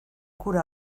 cura